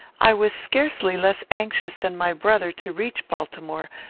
i was scarcely less anxious than my brother to reach baltimore,